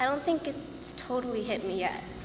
i don't think it is totally hit me yet